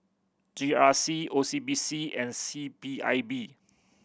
G R C O C B C and C P I B